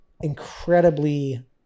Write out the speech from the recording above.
incredibly